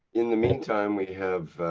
in the meantime we have.